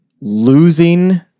losing